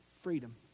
Freedom